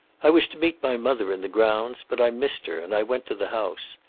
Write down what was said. i was to meet my mother in the grounds, but i missed her, and i went to the house.